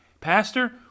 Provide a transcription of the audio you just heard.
Pastor